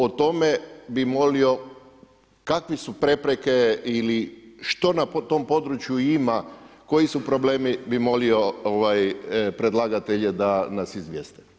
O tome bih molio kakve su prepreke ili što na tom području ima, koji su problemi bih molio predlagatelje da nas izvijeste?